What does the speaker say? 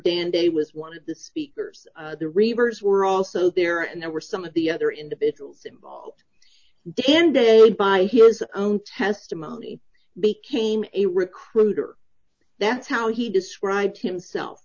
dan de was one of the speakers the rivers were also there and there were some of the other individuals involved day in day by his own testimony became a recruiter that's how he described himself